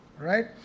right